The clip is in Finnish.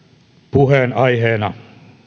puheenaiheena